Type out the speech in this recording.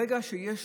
ברגע שיש